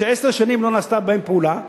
שעשר שנים לא נעשתה בהם פעולה.